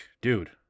dude